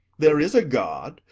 there is a god,